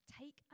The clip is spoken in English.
Take